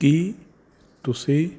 ਕੀ ਤੁਸੀਂਂ